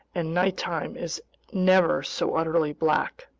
and nighttime is never so utterly black.